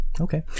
Okay